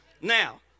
Now